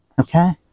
okay